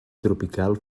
tropical